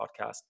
podcast